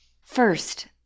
First